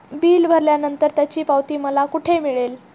Bill भरल्यानंतर त्याची पावती मला कुठे मिळेल?